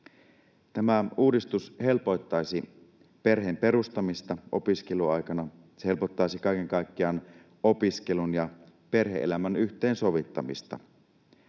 Tämä uudistus helpottaisi perheen perustamista opiskeluaikana, se helpottaisi kaiken kaikkiaan opiskelun ja perhe-elämän yhteensovittamista.